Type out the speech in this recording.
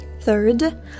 third